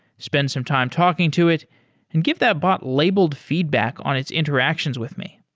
spend some time talking to it and give that bot labeled feedback on its interactions with me.